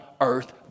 earth